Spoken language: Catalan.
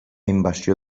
invasió